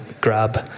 grab